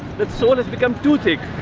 but sole has become too thick,